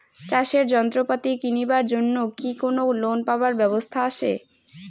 চাষের যন্ত্রপাতি কিনিবার জন্য কি কোনো লোন পাবার ব্যবস্থা আসে?